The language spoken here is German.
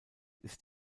ist